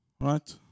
Right